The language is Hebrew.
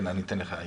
אני אתן לך,